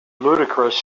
ludicrous